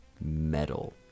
metal